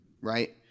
right